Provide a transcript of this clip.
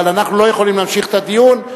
אבל אנחנו לא יכולים להמשיך את הדיון.